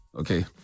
Okay